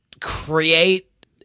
create